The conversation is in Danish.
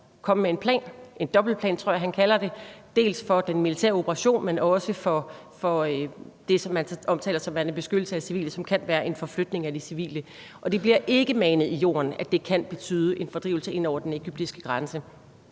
komme med en plan – en dobbeltplan, tror jeg han kalder det – både for den militære operation, men også for det, som man omtaler som værende beskyttelse af civile, men som kan være en forflytning af de civile. Og det bliver ikke manet i jorden, at det kan betyde en fordrivelse ind over den egyptiske grænse.